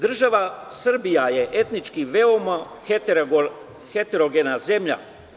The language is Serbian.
Država Srbija je etnički veoma heterogena zemlja.